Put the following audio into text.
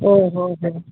ಓಹೋಹೋ